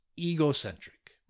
egocentric